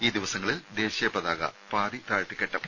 ഈ ദിവസങ്ങളിൽ ദേശീയ പതാക പാതി താഴ്ത്തിക്കെട്ടും